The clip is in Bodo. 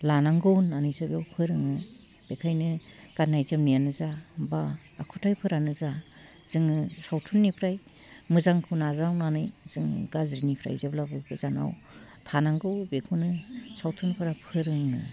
लानांगौ होन्नानैसो बेयाव फोरोङो बेखायनो गान्नाय जोमनायानो जा बा आखुथाइफोरानो जा जोङो सावथुननिफ्राय मोजांखौ नाजावनानै जों गाज्रिनिफ्राय जेब्लाबो गोजानाव थानांगौ बेखौनो सावथुनफ्रा फोरोङो